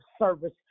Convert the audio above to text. service